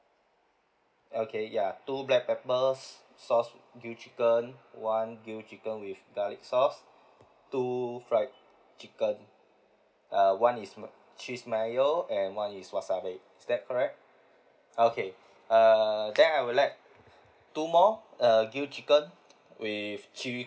okay ya two black pepper s~ sauce grilled chicken one grilled chicken with garlic sauce two fried chicken uh one is ma~ cheese mayo and one is wasabi is that correct okay err then I would like two more err grilled chicken with chilli